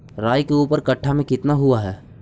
राई के ऊपर कट्ठा में कितना हुआ है?